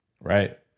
Right